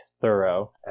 thorough